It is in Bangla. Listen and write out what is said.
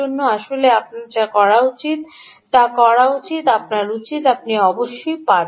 আসলে আপনার উচিত আপনি অবশ্যই পারবেন না